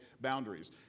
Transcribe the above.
boundaries